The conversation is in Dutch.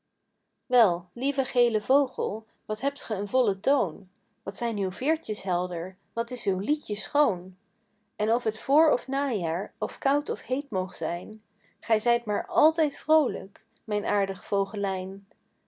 wel lieve gele vogel wat hebt ge een vollen toon wat zijn uw veertjes helder wat is uw liedje schoon pieter louwerse alles zingt en of het voor of najaar of koud of heet moog zijn gij zijt maar altijd vroolijk mijn aardig vogelijn